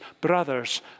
brothers